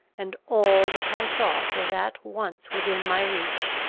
and all that i sought was at once within my reach.